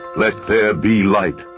let there be light!